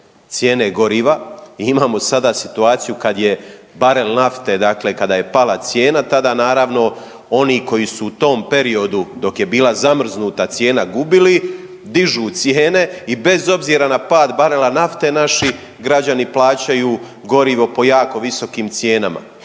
cijene goriva i imamo sada situaciju kad je barel nafte, dakle kada je pala cijena, tada naravno, oni koji su u tom periodu dok je bila zamrznuta cijena gubili, dižu cijene i bez obzira na pad barela nafte, naši građani plaćaju gorivo po jako visokim cijenama.